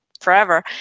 forever